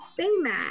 Baymax